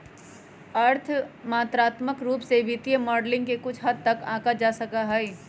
अर्थ मात्रात्मक रूप से वित्तीय मॉडलिंग के कुछ हद तक आंका जा सका हई